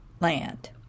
land